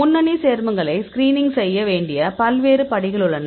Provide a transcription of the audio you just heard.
முன்னணி சேர்மங்களை ஸ்கிரீனிங் செய்ய வேண்டிய பல்வேறு படிகள் உள்ளன